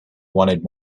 wanted